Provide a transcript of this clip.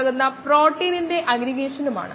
77 ആണ് 10നു അത് 20 ആണ്